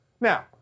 Now